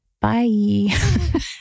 Bye